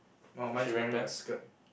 orh mine is wearing a skirt